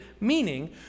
Meaning